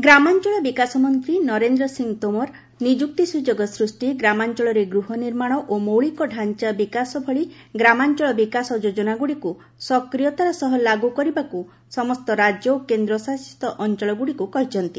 states UTs ଗ୍ରାମାଞ୍ଚଳ ବିକାଶ ମନ୍ତ୍ରୀ ନରେନ୍ଦ୍ର ସିଂହ ତୋମର ନିଯୁକ୍ତି ସୁଯୋଗ ସୃଷ୍ଟି ଗ୍ରାମାଞ୍ଚଳରେ ଗୃହ ନିର୍ମାଣ ଓ ମୌଳିକ ଡ଼ାଞ୍ଚା ବିକାଶ ଭଳି ଗ୍ରାମାଞ୍ଚଳ ବିକାଶ ଯୋଜନା ଗୁଡ଼ିକୁ ସକ୍ରିୟତାର ସହ ଲାଗୁ କରିବାକୁ ସମସ୍ତ ରାଜ୍ୟ ଓ କେନ୍ଦ୍ରଶାସିତ ଅଞ୍ଚଳଗୁଡିକୁ କହିଛନ୍ତି